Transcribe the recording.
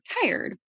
tired